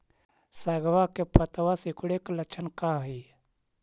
सगवा के पत्तवा सिकुड़े के लक्षण का हाई?